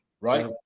right